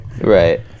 Right